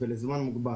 וגם זה רק לזמן מוגבל.